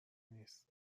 نیست